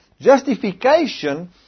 Justification